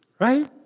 Right